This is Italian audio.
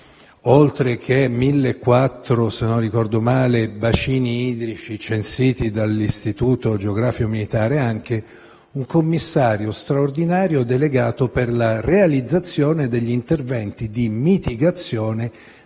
oltre che circa 1.400 bacini idrici censiti dall'Istituto geografico militare, anche un commissario straordinario delegato per la realizzazione degli interventi di mitigazione